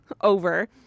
over